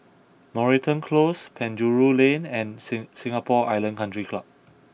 Moreton Close Penjuru Lane and sing Singapore Island Country Club